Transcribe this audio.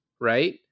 Right